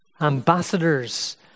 Ambassadors